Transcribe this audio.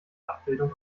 abbildung